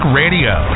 radio